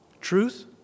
Truth